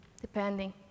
depending